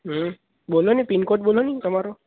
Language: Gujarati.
બોલો ને પિન કોડ બોલો ને તમારો